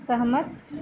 सहमत